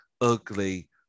ugly